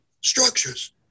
structures